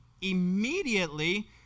immediately